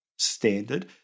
standard